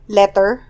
letter